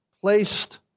placed